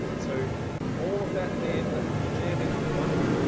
so all of that then you jam into the funnel,